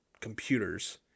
computers